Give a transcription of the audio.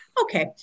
Okay